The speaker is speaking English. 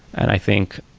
and i think,